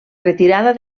retirada